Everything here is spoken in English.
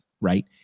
right